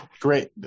great